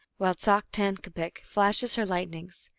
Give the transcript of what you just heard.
while psawk-tankapic flashes her lightnings.